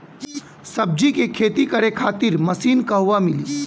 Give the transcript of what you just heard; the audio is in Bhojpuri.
सब्जी के खेती करे खातिर मशीन कहवा मिली?